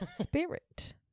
spirit